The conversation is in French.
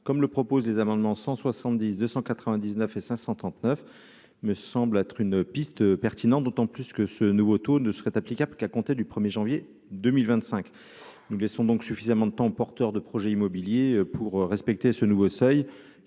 comme le proposent des amendements 170 299 et 539 me semble être une piste pertinent d'autant plus que ce nouveau taux ne serait applicable qu'à compter du 1er janvier 2025, nous laissons donc suffisamment de temps, porteurs de projets immobiliers pour respecter ce nouveau seuil